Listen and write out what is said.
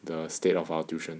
the state of our tuition